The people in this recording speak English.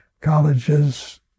colleges